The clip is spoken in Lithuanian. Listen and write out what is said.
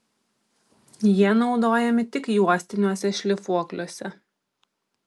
jie naudojami tik juostiniuose šlifuokliuose